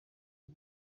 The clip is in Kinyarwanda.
w’u